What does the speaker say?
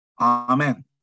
Amen